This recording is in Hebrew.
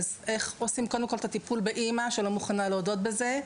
אז איך עושים קודם כל את הטיפול באימא שלא מוכנה להודות בזה,